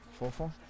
Fofo